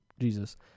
Jesus